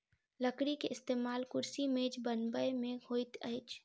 लकड़ी के इस्तेमाल कुर्सी मेज बनबै में होइत अछि